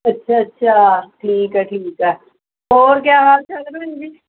ਅੱਛਾ ਅੱਛਾ ਠੀਕ ਹੈ ਠੀਕ ਹੈ ਹੋਰ ਕਿਆ ਹਾਲ ਚਾਲ ਹੈ ਭੈਣ ਜੀ